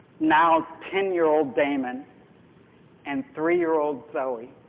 now ten-year-old damon and three-year-old zoe.